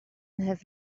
have